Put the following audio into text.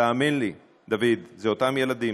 תאמין לי, דוד, זה אותם ילדים.